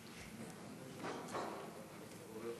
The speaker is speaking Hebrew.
ההסתייגות של חבר הכנסת איתן ברושי לסעיף 15 לא נתקבלה.